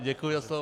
Děkuji za slovo.